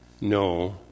no